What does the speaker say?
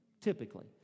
typically